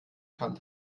kann